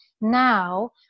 Now